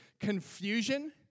confusion